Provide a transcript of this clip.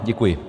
Děkuji.